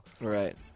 Right